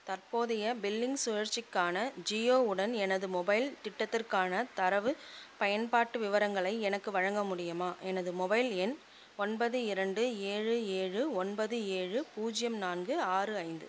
தற்போதைய பில்லிங் சுழற்சிக்கான ஜியோ உடன் எனது மொபைல் திட்டத்திற்கான தரவு பயன்பாட்டு விவரங்களை எனக்கு வழங்க முடியுமா எனது மொபைல் எண் ஒன்பது இரண்டு ஏழு ஏழு ஒன்பது ஏழு பூஜ்யம் நான்கு ஆறு ஐந்து